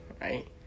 right